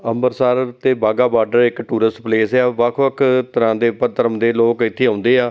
ਅੰਮ੍ਰਿਤਸਰ ਅਤੇ ਬਾਘਾ ਬਾਰਡਰ ਇੱਕ tourist place ਆ ਵੱਖ ਵੱਖ ਤਰ੍ਹਾਂ ਦੇ ਪਰ ਧਰਮ ਦੇ ਲੋਕ ਇੱਥੇ ਆਉਂਦੇ ਆ